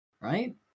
right